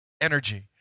energy